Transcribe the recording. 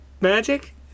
magic